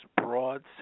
broad